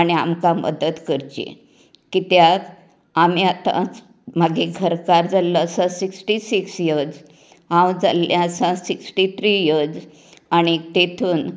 आनी आमकां मदत करची कित्याक आमी आतांच म्हागे घरकार जाल्लो आसा सिक्टी सिक्स यियर्स हांव जाल्ले आसा सिक्टी थ्री यियर्स आनी तेतून